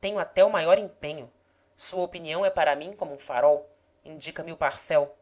tenho até o maior empenho sua opinião é para mim como um farol indica me o parcel